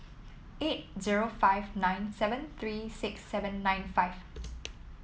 eight zero five nine seven three six seven nine five